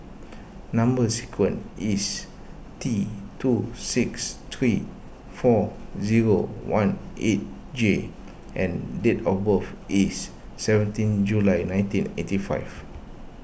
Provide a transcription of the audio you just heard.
Number Sequence is T two six three four zero one eight J and date of birth is seventeen July nineteen eighty five